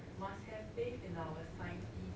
must have faith in our scientists